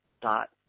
dot